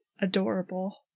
Adorable